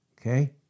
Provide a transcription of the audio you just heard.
Okay